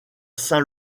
saint